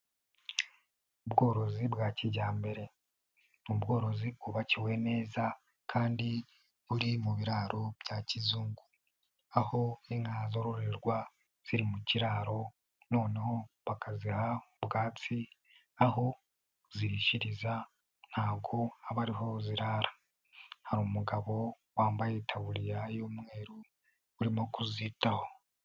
Ubworozi bwa kijyambere ni ubworozi bwubakiwe neza kandi buri mu biraro bya kizungu, aho inka zororerwa ziri mu kiraro noneho bakaziha ubwatsi, aho zirishiriza ntago aba ariho zirara. Hari umugabo wambaye itaburiya y'umweru urimo kuzitaho.